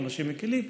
עונשים מקילים,